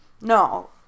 No